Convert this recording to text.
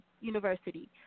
university